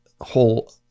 whole